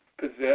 possess